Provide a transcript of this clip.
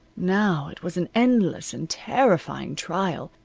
now it was an endless and terrifying trial,